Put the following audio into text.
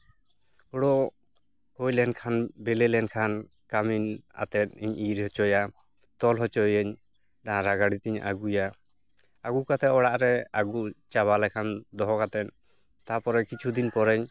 ᱦᱳᱲᱳ ᱦᱩᱭ ᱞᱮᱱᱠᱷᱟᱱ ᱵᱮᱞᱮ ᱞᱮᱱᱠᱷᱟᱱ ᱠᱟᱹᱢᱤᱱ ᱟᱛᱮᱫ ᱤᱧ ᱤᱨ ᱦᱚᱪᱚᱭᱟ ᱛᱚᱞ ᱦᱚᱪᱚᱭᱟᱹᱧ ᱰᱟᱝᱨᱟ ᱜᱟᱹᱲᱤᱛᱤᱧ ᱟᱹᱜᱩᱭᱟ ᱟᱹᱜᱩ ᱠᱟᱛᱮᱫ ᱚᱲᱟᱜᱨᱮ ᱟᱹᱜᱩ ᱪᱟᱵᱟᱞᱮᱠᱷᱟᱱ ᱫᱚᱦᱚ ᱠᱟᱛᱮᱫ ᱛᱟᱯᱚᱨᱮ ᱠᱤᱪᱷᱩᱫᱤᱱ ᱯᱚᱨᱮᱧ